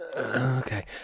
Okay